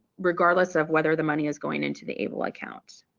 regardless of whether the money is going into the able account.